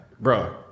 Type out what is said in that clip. Bro